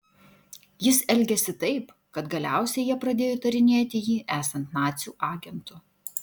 jis elgėsi taip kad galiausiai jie pradėjo įtarinėti jį esant nacių agentu